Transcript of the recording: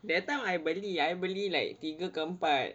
that time I beli I beli like tiga ke empat